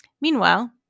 Meanwhile